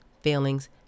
feelings